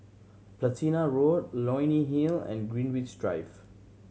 Platina Road Leonie Hill and Greenwich Drive